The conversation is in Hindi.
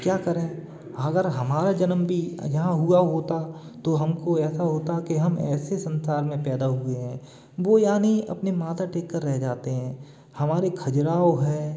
क्या करें अगर हमारा जन्म भी यहाँ हुआ होता तो हमको ऐसा होता कि हम ऐसे संसार में पैदा हुए हैं वो यानि अपने माथा टेककर रह जाते हैं हमारे खजुराहो है